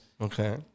Okay